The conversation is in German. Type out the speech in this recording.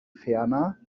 ferner